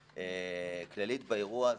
כללית באירוע הזה,